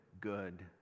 good